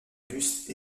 bustes